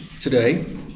today